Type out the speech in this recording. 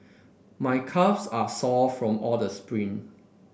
my calves are sore from all the sprint